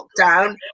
lockdown